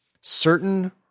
certain